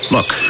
Look